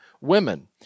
women